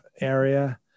area